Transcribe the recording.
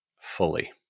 fully